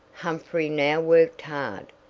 humphrey now worked hard,